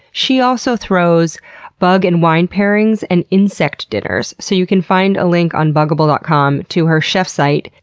she also throws bug and wine pairings and insect dinners. so you can find a link on bugible dot com to her chef site.